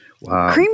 Wow